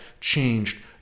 changed